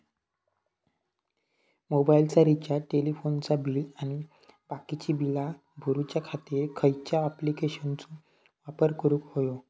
मोबाईलाचा रिचार्ज टेलिफोनाचा बिल आणि बाकीची बिला भरूच्या खातीर खयच्या ॲप्लिकेशनाचो वापर करूक होयो?